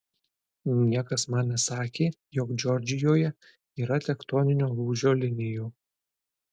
niekas man nesakė jog džordžijoje yra tektoninio lūžio linijų